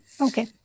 Okay